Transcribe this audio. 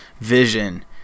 vision